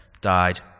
died